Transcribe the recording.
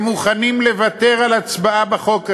הם מוכנים לוותר על הצבעה בחוק הזה,